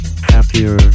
happier